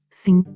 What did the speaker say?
sim